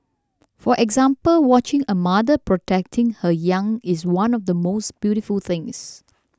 for example watching a mother protecting her young is one of the most beautiful things